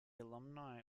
alumni